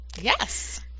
Yes